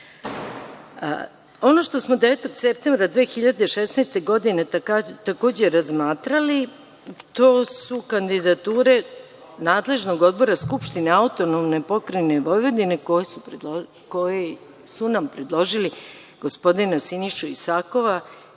što smo 9. septembra 2016. godine takođe razmatrali, to su kandidature nadležnog odbora Skupštine AP Vojvodine koje su nam predložili gospodina Sinišu Isakova